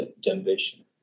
generation